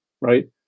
right